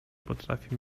potrafi